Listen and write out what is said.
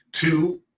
two